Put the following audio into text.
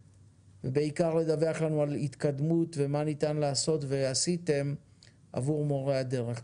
ובעיקר לדווח לנו על ההתקדמות ומה ניתן לעשות ועשיתם עבור מורי הדרך.